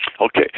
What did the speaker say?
Okay